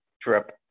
trip